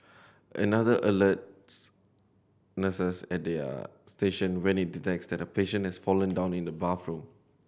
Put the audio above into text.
another alerts nurses at their station when it detects that a patient has fallen down in the bathroom